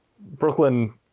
Brooklyn